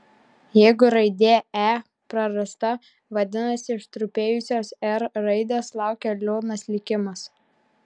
jeigu raidė e prarasta vadinasi ištrupėjusios r raidės laukia liūdnas likimas